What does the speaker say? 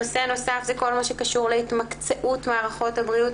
נושא נוסף זה כל מה שקשור להתמקצעות מערכות הבריאות,